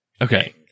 okay